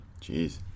Jeez